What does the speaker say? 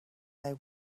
they